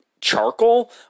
charcoal